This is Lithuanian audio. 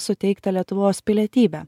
suteiktą lietuvos pilietybę